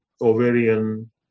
ovarian